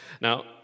Now